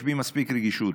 יש בי מספיק רגישות.